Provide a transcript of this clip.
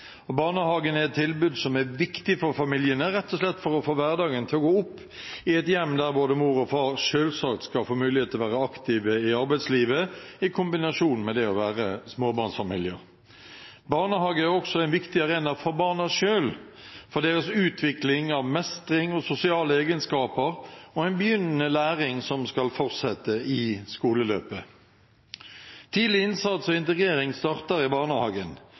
dag. Barnehagen er et tilbud som er viktig for familiene, rett og slett for å få hverdagen til å gå opp i et hjem der både mor og far selvsagt skal få mulighet til å være aktive i arbeidslivet i kombinasjon med det å være småbarnsfamilier. Barnehage er også en viktig arena for barna selv, for deres utvikling av mestring og sosiale egenskaper, og en begynnende læring som skal fortsette i skoleløpet. Tidlig innsats og integrering starter i barnehagen.